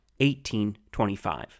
1825